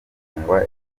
gufungwa